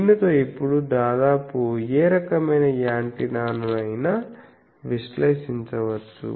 దీనితో ఇప్పుడు దాదాపు ఏ రకమైన యాంటెన్నాను అయినా విశ్లేషించవచ్చు